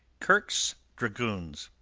kirke's dragoons